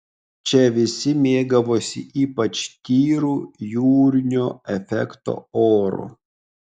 čia visi mėgavosi ypač tyru jūrinio efekto oru